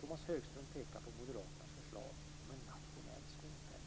Tomas Högström pekar på moderaternas förslag om en nationell skolpeng.